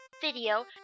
video